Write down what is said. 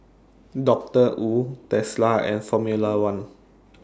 Doctor Wu Tesla and Formula one